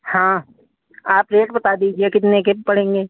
हाँ आप रेट बता दीजिए कितने के पड़ेंगे